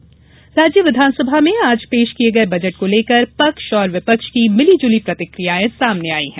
budget प्रतिकिया राज्य विधानसभा में आज पेश किये गये बजट को लेकर पक्ष और विपक्ष की मिली जुली प्रतिकियायें सामने आई हैं